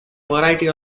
variety